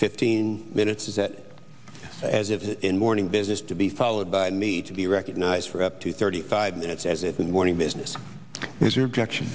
fifteen minutes is that as if in morning business to be followed by need to be recognized for up to thirty five minutes as it is morning business is your objection